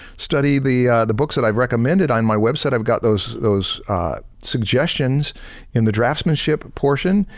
study the the books that i've recommended on my website. i've got those those suggestions in the draftsmanship portion.